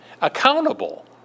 accountable